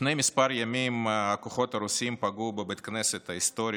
לפני כמה ימים הכוחות הרוסיים פגעו בבית הכנסת ההיסטורי